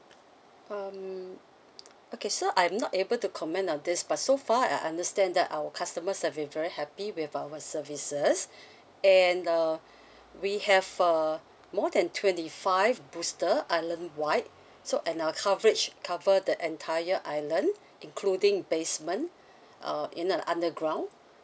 um okay sir I'm not able to comment on this but so far I understand that our customers have been very happy with our services and uh we have uh more than twenty five booster island wide so and our coverage cover the entire island including basement uh in an underground